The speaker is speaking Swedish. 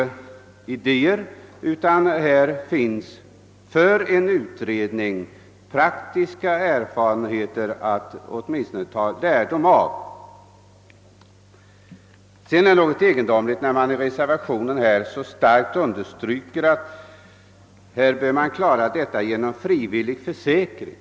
Vi har således inte bara idéer att hänvisa till. I reservationen understryks starkt att frågan bör lösas genom frivillig försäkring.